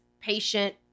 patient